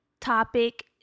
topic